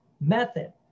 method